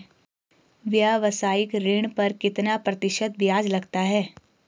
व्यावसायिक ऋण पर कितना प्रतिशत ब्याज लगता है?